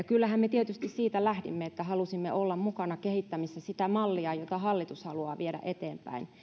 kyllähän me tietysti siitä lähdimme että halusimme olla mukana kehittämässä sitä mallia jota hallitus haluaa viedä eteenpäin